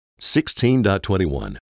16.21